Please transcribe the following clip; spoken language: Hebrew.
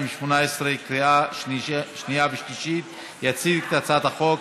אז הודעה, ואחרי זה יציג את הצעת החוק.